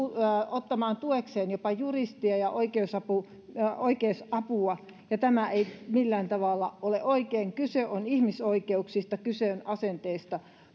ottamaan tuekseen jopa juristeja ja oikeusapua ja oikeusapua ja tämä ei millään tavalla ole oikein kyse on ihmisoikeuksista kyse on asenteista